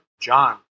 John